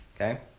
okay